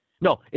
No